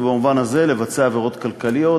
ובמובן הזה לבצע עבירות כלכליות,